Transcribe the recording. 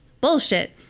Bullshit